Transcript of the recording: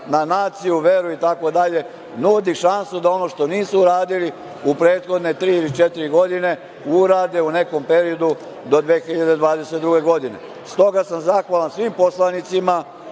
na naciju, veru, itd, nudi šansu da ono što nisu uradili u prethodne tri ili četiri godine, urade u nekom periodu do 2022. godine. Stoga sam zahvalan svim poslanicima,